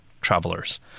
travelers